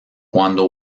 cuando